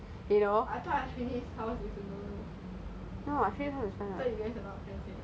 like one week tamba house one week kalanrish house one week asthini house you know